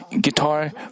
guitar